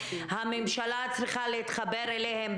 הממשלה צריכה להתחבר אליהם.